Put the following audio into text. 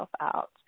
out